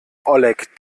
oleg